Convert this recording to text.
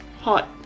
hot